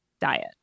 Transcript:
diet